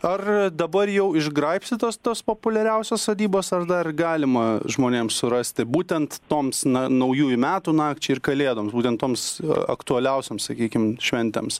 ar dabar jau išgraibstytos tos populiariausios sodybos ar dar galima žmonėm surasti būtent toms na naujųjų metų nakčiai ir kalėdom būtent toms aktualiausioms sakykim šventėms